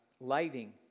Lighting